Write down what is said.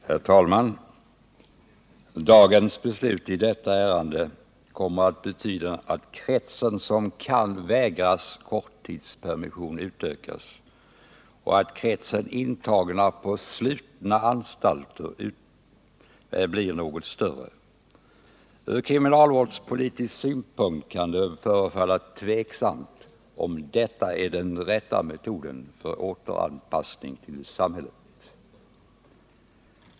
Herr talman! Dagens beslut i detta ärende kommer att betyda att kretsen som kan vägras korttidspermission utökas och att kretsen intagna på slutna anstalter blir något större. Från kriminalvårdspolitisk synpunkt kan det förefalla tvivelaktigt, om detta är den riktiga metoden för återanpassning till samhället.